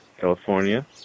California